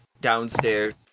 downstairs